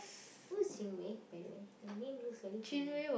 who's Chin-Wei by the way the name looks very familiar